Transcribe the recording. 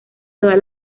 todas